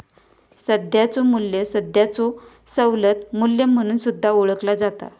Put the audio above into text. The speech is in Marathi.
सध्याचो मू्ल्य सध्याचो सवलत मू्ल्य म्हणून सुद्धा ओळखला जाता